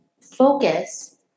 focus